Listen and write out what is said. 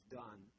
done